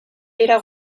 era